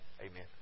Amen